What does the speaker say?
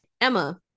Emma